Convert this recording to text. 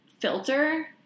filter